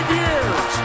years